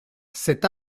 cet